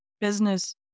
business